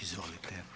Izvolite.